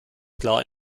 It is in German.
klar